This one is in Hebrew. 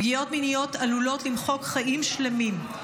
פגיעות מיניות עלולות למחוק חיים שלמים.